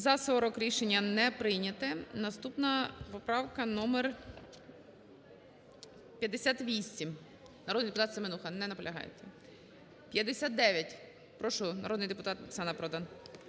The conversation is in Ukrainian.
За-40 Рішення не прийнято. Наступна поправка номер 58. Народний депутат Семенуха. Не наполягає. 59. Прошу, народний депутат Оксана Продан.